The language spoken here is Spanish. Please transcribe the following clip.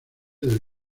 del